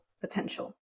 potential